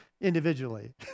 Individually